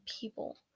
people